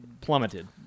plummeted